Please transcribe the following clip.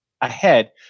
ahead